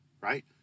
right